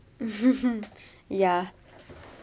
ya